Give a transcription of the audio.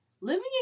Living